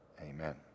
Amen